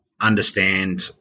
understand